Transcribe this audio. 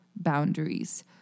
boundaries